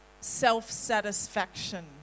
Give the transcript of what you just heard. self-satisfaction